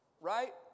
Right